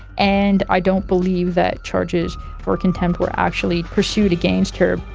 and i don't believe that charges for contempt were actually pursued against her.